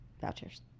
vouchers